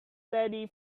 lady